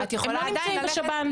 אבל הם לא נמצאים בשב"ן.